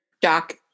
Doc